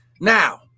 now